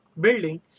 building